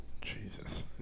Jesus